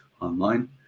online